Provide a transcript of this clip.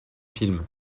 film